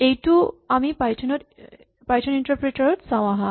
এইটো আমি Python interpreter ত চাওঁ আহাঁ